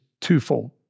twofold